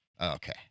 Okay